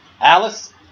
Alice